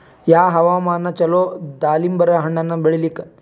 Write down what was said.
ಯಾವ ಹವಾಮಾನ ಚಲೋ ದಾಲಿಂಬರ ಹಣ್ಣನ್ನ ಬೆಳಿಲಿಕ?